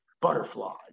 butterflies